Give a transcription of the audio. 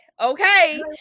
Okay